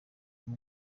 ubu